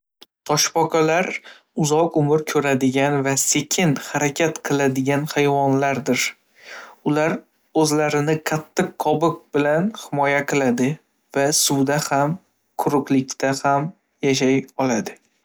Toshboqalar uzoq umr ko‘radigan va sekin harakat qiladigan hayvonlardir. Ular o‘zlarini qattiq qobiq bilan himoya qiladi va suvda ham, quruqlikda ham yashay oladi.